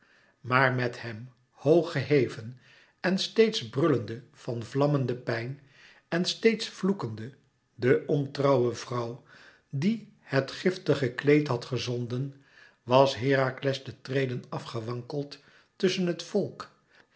maar met hem hoog geheven en steeds brullende van de vlammende pijn en steeds vloekende de ontrouwe vrouw die het giftige kleed had gezonden was herakles de treden af gewankeld tusschen het volk